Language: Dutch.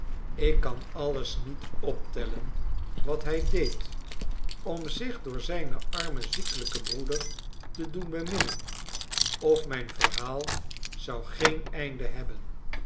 ik kan alles niet optellen wat hij deed om zich door zijn armen ziekelijken broeder te doen beminnen of mijn verhaal zou geen einde hebben